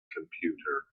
computer